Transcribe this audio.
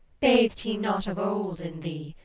bathed he not of old in thee,